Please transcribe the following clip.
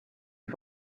les